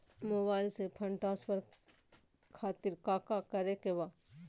Mobile से fund transfer खातिर काका करे के बा?